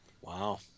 Wow